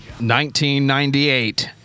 1998